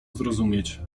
zrozumieć